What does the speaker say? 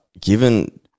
given